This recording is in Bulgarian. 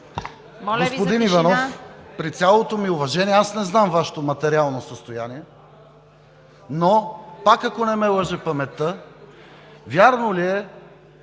Моля Ви за тишина,